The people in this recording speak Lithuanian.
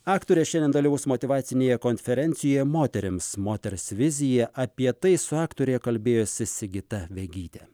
aktorė šiandien dalyvaus motyvacinėje konferencijoje moterims moters vizija apie tai su aktore kalbėjosi sigita vegytė